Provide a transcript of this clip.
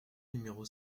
numéro